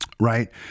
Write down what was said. right